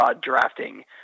drafting